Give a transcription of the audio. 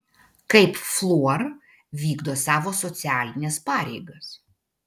kaip fluor vykdo savo socialines pareigas